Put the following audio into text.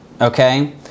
okay